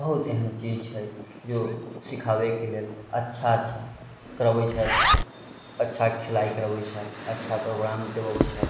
बहुत एहन चीज छै जे सीखाबैके लेल अच्छा अच्छा करबै छथि अच्छा खेला करबै छथि अच्छा प्रोग्राम देबबै छथि